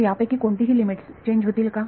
तर यापैकी कोणतीही लिमिट्स चेंज होतील का